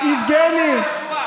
יבגני,